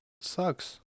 Sucks